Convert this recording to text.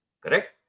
Correct